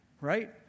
right